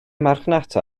marchnata